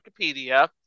Wikipedia